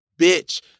bitch